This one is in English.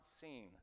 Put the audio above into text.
seen